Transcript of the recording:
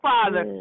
Father